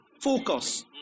focus